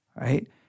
Right